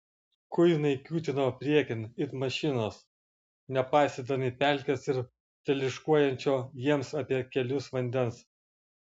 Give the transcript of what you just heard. kuinai kiūtino priekin it mašinos nepaisydami pelkės ir teliūškuojančio jiems apie kelius vandens